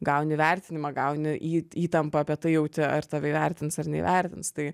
gauni įvertinimą gauni įt įtampą apie tai jauti ar tave įvertins ar neįvertins tai